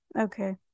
okay